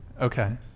okay